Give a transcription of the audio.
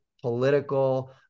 political